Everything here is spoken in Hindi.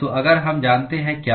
तो अगर हम जानते हैं क्या